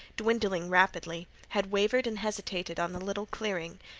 dwindling rapidly, had wavered and hesitated on the little clearing,